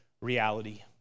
reality